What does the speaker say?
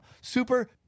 Super